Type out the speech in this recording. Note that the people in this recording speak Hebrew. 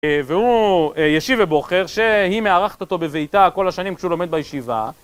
והוא ישיבה בוחר שהיא מארחת אותו בביתה כל השנים כשהוא לומד בישיבה